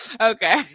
Okay